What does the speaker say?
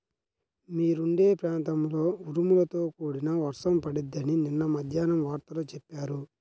మీరుండే ప్రాంతంలో ఉరుములతో కూడిన వర్షం పడిద్దని నిన్న మద్దేన్నం వార్తల్లో చెప్పారు